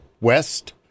west